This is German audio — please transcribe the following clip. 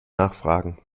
nachfragen